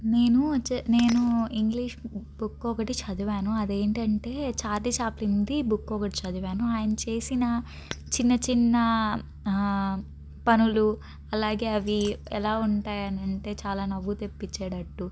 నేను నేను ఇంగ్లీష్ బుక్ ఒకటి చదివాను అదేంటంటే చార్లీ చాప్లిన్ది బుక్ ఒకటి చదివాను ఆయన చేసిన చిన్న చిన్న పనులు అలాగే అవి ఎలా ఉంటాయనంటే చాలా నవ్వు తెప్పించ్చేటట్టు